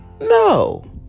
no